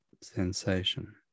sensation